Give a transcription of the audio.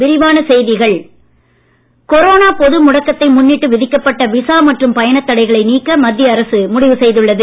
வெளிநாட்டு இந்தியர்கள் கொரோனா பொது முடக்கத்தை முன்னிட்டு விதிக்கப்பட்ட விசா மற்றும் பயண தடைகளை நீக்க மத்திய அரசு முடிவு செய்துள்ளது